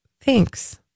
thanks